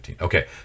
Okay